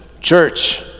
church